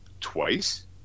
twice